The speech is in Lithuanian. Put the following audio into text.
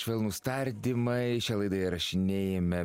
švelnūs tardymai šią laidą įrašinėjame